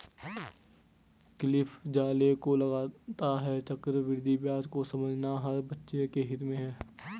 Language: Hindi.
क्लिफ ज़ाले को लगता है चक्रवृद्धि ब्याज को समझना हर बच्चे के हित में है